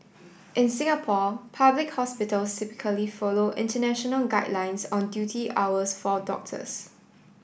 in Singapore public hospitals typically follow international guidelines on duty hours for doctors